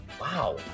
Wow